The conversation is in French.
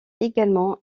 également